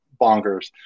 bonkers